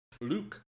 Luke